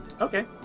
Okay